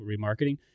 remarketing